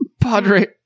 Padre